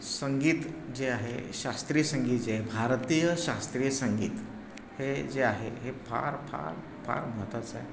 संगीत जे आहे शास्त्रीय संगीत जे भारतीय शास्त्रीय संगीत हे जे आहे हे फार फार फार महत्त्वाचं आहे